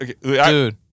Dude